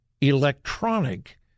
electronic